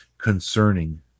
Concerning